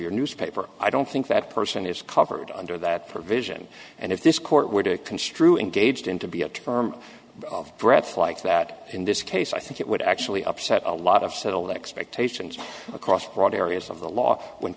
your newspaper i don't think that person is covered under that provision and if this court were to construe engaged in to be a term of threats like that in this case i think it would actually upset a lot of settled expectations across a broad areas of the law when